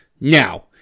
Now